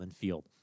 Field